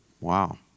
Wow